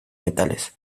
metales